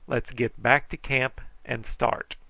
let's get back to camp and start.